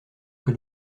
que